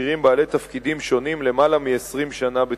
בכירים בעלי תפקידים שונים למעלה מ-20 שנה.